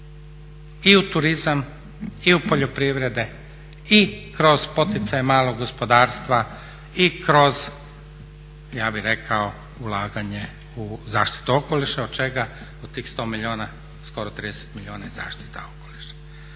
i u turizam i u poljoprivrede i kroz poticaje malog gospodarstva i kroz ja bih rekao ulaganje u zaštitu okoliša od čega od tih 100 milijuna skoro 30 milijuna je zaštita okoliša.